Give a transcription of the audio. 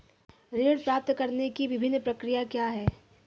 ऋण प्राप्त करने की विभिन्न प्रक्रिया क्या हैं?